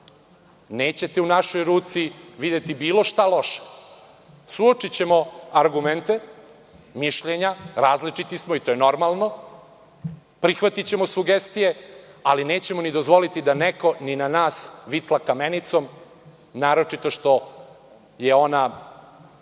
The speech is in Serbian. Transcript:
nećete u našoj ruci videti bilo šta loše. Suočićemo argumente, mišljenja, različiti smo i to je normalno. Prihvatićemo sugestije, ali nećemo ni dozvoliti da neko na nas vitla kamenicom, naročito što je ono